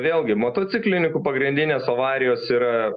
vėlgi motociklininkų pagrindinės avarijos yra